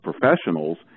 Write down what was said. professionals